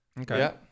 Okay